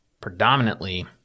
predominantly